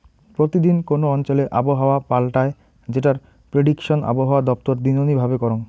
প্রতি দিন কোন অঞ্চলে আবহাওয়া পাল্টায় যেটার প্রেডিকশন আবহাওয়া দপ্তর দিননি ভাবে করঙ